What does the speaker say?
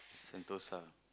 Sentosa